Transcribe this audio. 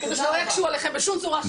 כדי שלא יקשו עליכם בשום צורה.